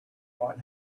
what